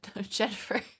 Jennifer